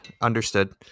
Understood